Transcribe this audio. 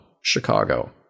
Chicago